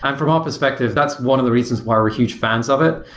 um for our perspective, that's one of the reasons why we're huge fans of it.